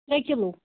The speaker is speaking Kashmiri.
ترٛےٚ کِلوٗ